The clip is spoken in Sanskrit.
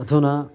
अधुना